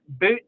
Boot